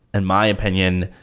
and my opinion,